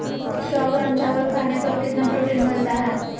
सौ ग्राम चावल खाने पर कितना प्रोटीन मिलना हैय?